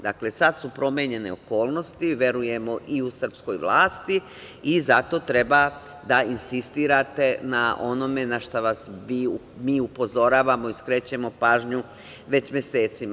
Dakle, sada su promenjene okolnosti, verujemo i u srpskoj vlasti, i zato treba da insistirate na onome na šta vas mi upozoravamo i skrećemo pažnju već mesecima.